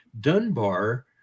Dunbar